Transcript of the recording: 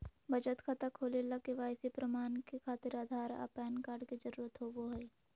बचत खाता खोले ला के.वाइ.सी प्रमाण के खातिर आधार आ पैन कार्ड के जरुरत होबो हइ